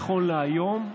נכון להיום,